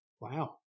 Wow